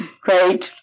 great